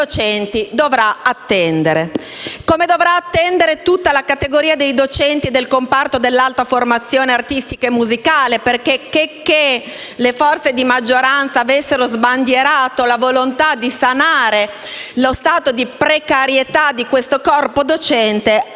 dovrà attendere, come dovrà attendere l'intera categoria dei docenti del comparto dell'alta formazione artistica e musicale. Infatti, nonostante le forze di maggioranza abbiano sbandierato la volontà di sanare lo stato di precarietà di questo corpo docente,